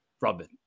Robin